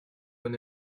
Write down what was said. bon